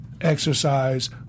exercise